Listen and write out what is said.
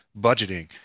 budgeting